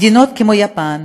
מדינות כמו יפן,